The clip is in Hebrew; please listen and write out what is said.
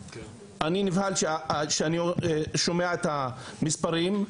אני נבהל כשאני שומע את המספרים.